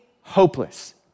hopeless